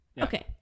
Okay